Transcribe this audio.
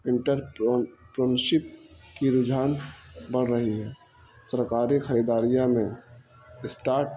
entrepreneurship کی رجحان بڑھ رہی ہے سرکاری خریداریاں میں اسٹارٹ